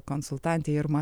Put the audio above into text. konsultantė irma